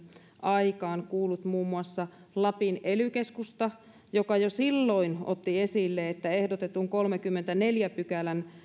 aikaan kuullut muun muassa lapin ely keskusta joka jo silloin otti esille että ehdotetun kolmannenkymmenennenneljännen pykälän